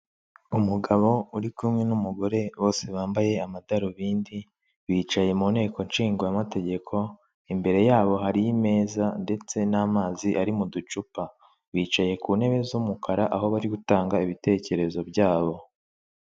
Umugabo uri kumwe n'umugore bose bambaye amadarubindi bicaye mu nteko ishingamategeko, imbere yabo hari imeza ndetse n'amazi ari mu ducupa bicaye ku ntebe z'umukara aho bari gutanga ibitekerezo byabo.